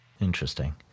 Interesting